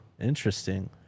Interesting